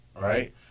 right